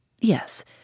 Yes